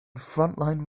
frontline